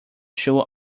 shoe